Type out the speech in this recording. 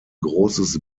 großes